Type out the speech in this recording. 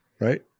right